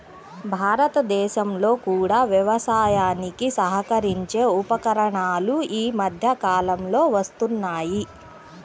భారతదేశంలో కూడా వ్యవసాయానికి సహకరించే ఉపకరణాలు ఈ మధ్య కాలంలో వస్తున్నాయి